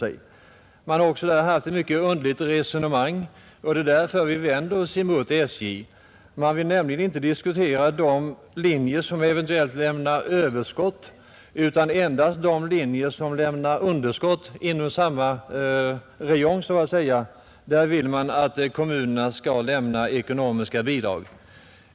Man har där också från SJ:s sida fört ett mycket underligt resonemang, och det är därför vi vänder oss mot SJ. Man vill nämligen inte diskutera de linjer som eventuellt lämnar överskott utan endast de linjer som lämnar underskott inom samma område. Till dem vill man att kommunerna skall lämna ekonomiska bidrag.